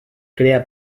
crea